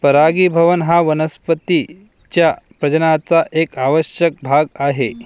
परागीभवन हा वनस्पतीं च्या प्रजननाचा एक आवश्यक भाग आहे